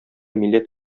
милләт